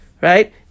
right